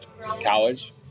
College